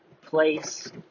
place